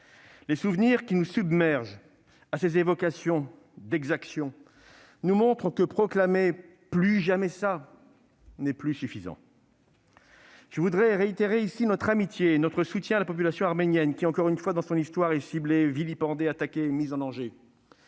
Les souvenirs qui nous submergent à ces évocations d'exactions nous montrent que proclamer « plus jamais ça !» n'est plus suffisant. Je voudrais réitérer ici notre amitié et notre soutien à la population arménienne qui, une nouvelle fois dans son histoire, est ciblée, vilipendée, attaquée et mise en danger.